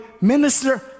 minister